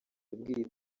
yabwiye